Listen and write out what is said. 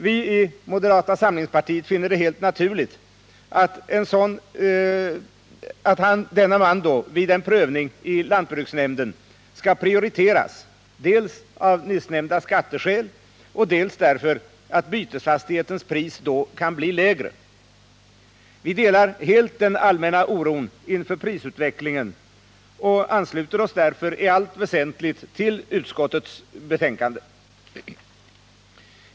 Vi i moderata samlingspartiet finner det helt naturligt att denne man vid en prövning i lantbruksnämnden skall prioriteras, dels av nyssnämnda skatteskäl, dels därför att bytesfastighetens pris då kan bli lägre. Vi delar helt den allmänna oron inför prisutvecklingen och ansluter oss därför i allt väsentligt till utskottets betänkande.